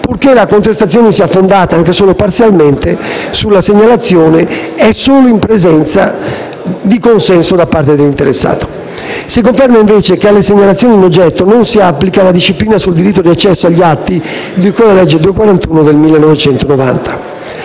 purché la contestazione sia fondata, anche solo parzialmente, sulla segnalazione e solo in presenza di consenso da parte dell'interessato. Si conferma, invece, che alle segnalazioni in oggetto non si applica la disciplina sul diritto di accesso agli atti di cui alla legge n. 241 del 1990.